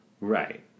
Right